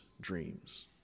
dreams